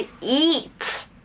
eat